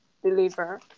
deliver